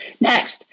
Next